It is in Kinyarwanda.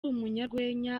umunyarwenya